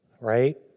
Right